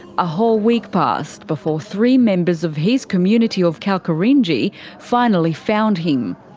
a whole week passed before three members of his community of kalkarindji finally found him.